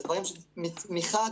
מחד,